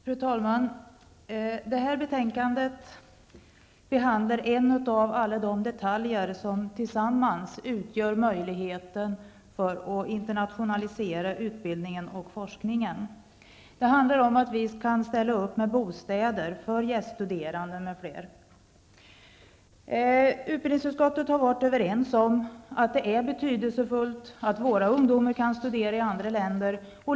Fru talman! I det här betänkandet behandlas en av alla de detaljer som tillsammans gör det möjligt att internationalisera utbildningen och forskningen. Det handlar om att ställa upp med bostäder för gäststuderande m.fl. Utskottet har varit överens om att det är betydelsefullt att våra ungdomar kan studera i andra länder.